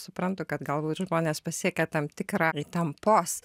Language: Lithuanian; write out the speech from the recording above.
suprantu kad galbūt žmonės pasiekia tam tikrą įtampos